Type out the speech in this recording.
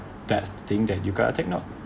that's the thing that you got to take note